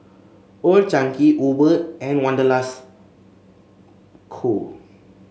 Old Chang Kee Uber and Wanderlust Co